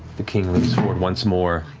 the king leans forward once more,